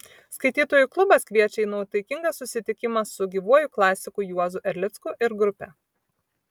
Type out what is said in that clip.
skaitytojų klubas kviečia į nuotaikingą susitikimą su gyvuoju klasiku juozu erlicku ir grupe